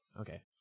Okay